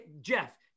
Jeff